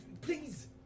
Please